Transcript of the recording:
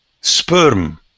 sperm